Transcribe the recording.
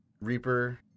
Reaper